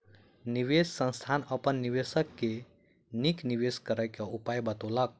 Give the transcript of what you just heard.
निवेश संस्थान अपन निवेशक के नीक निवेश करय क उपाय बतौलक